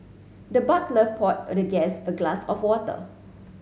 the butler poured the guest a glass of water